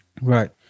Right